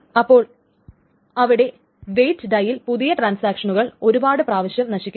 അപ്പോൾ ഇവിടെ വെയിറ്റ് ഡൈയിൽ പുതിയ ട്രാൻസാക്ഷനുകൾ ഒരുപാട് പ്രാവശ്യം നശിക്കുന്നുണ്ട്